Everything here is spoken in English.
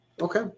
okay